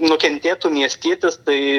nukentėtų miestietis tai